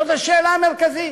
זאת השאלה המרכזית.